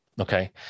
Okay